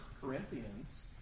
Corinthians